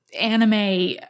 anime